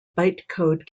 bytecode